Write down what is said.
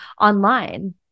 online